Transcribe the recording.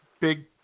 big